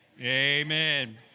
amen